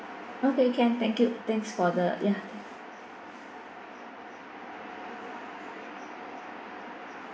okay can thank you thanks for the ya